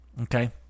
Okay